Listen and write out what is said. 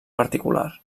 particular